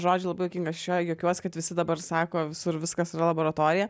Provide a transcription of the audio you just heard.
žodžiu labai juokingas iš jo juokiuos kad visi dabar sako visur viskas yra laboratorija